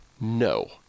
no